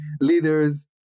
leaders